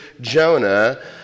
Jonah